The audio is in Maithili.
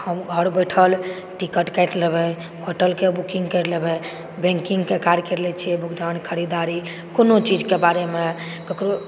हम घर बैठल टिकट काटि लेबै होटलके बुकिंग करि लेबै बैंकिंगके कार्य करि लै छियै बहुत खरीददारी कोनो चीजके बारेमे ककरो